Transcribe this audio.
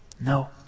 No